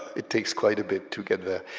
it takes quite a bit to get there.